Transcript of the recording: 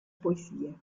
poesie